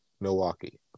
Milwaukee